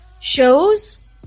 shows